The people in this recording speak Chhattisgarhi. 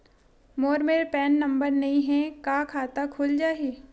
मोर मेर पैन नंबर नई हे का खाता खुल जाही?